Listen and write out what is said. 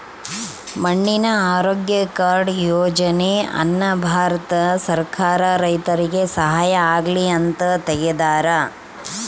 ಮಣ್ಣಿನ ಆರೋಗ್ಯ ಕಾರ್ಡ್ ಯೋಜನೆ ಅನ್ನ ಭಾರತ ಸರ್ಕಾರ ರೈತರಿಗೆ ಸಹಾಯ ಆಗ್ಲಿ ಅಂತ ತೆಗ್ದಾರ